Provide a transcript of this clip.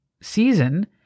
season